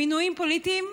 מינויים פוליטיים,